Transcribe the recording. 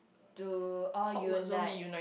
to all unite